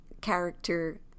character